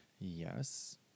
Yes